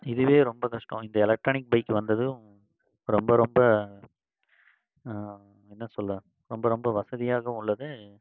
இதுவே ரொம்ப கஷ்டம் இந்த எலக்ட்ரானிக் பைக் வந்ததும் ரொம்ப ரொம்ப என்ன சொல்ல ரொம்ப ரொம்ப வசதியாக